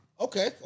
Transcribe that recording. Okay